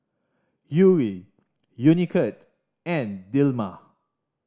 Yuri Unicurd and Dilmah